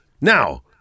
Now